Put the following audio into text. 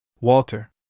Walter